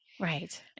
Right